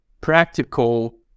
practical